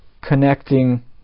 connecting